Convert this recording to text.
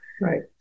Right